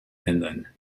finland